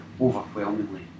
overwhelmingly